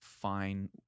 fine